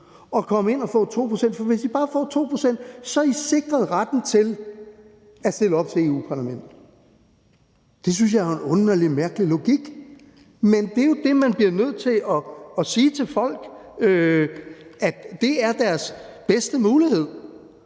og kom ind og få 2 pct., for hvis I bare får 2 pct., er I sikret retten til at stille op til Europa-Parlamentet. Det synes jeg er en underlig og mærkelig logik, men det er jo det, man bliver nødt til at sige til folk er deres bedste mulighed.